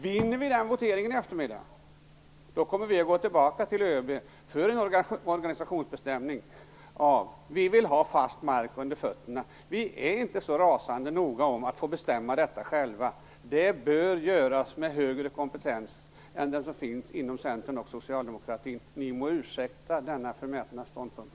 Vinner vi voteringen i eftermiddag kommer vi att gå tillbaka till ÖB för en organisationsbestämning. Vi vill ha fast mark under fötterna. Det är inte så rasande noga att vi får bestämma detta själva. Det bör göras med högre kompetens än vad som finns inom Centern och socialdemokratin. Ni må ursäkta denna förmätna ståndpunkt!